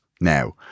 Now